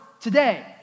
Today